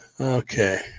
Okay